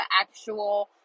actual